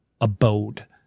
abode